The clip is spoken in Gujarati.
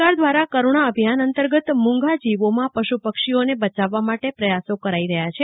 સરકાર દ્વારા કરૂણા અભિયાન અંતર્ગત મુંગા જીવોમાં પશુ પક્ષીઓને બચાવવા માટે પ્રથાસો કરાઈ રહ્યાં છે